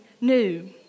new